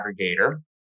aggregator